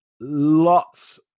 lots